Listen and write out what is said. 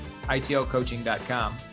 itlcoaching.com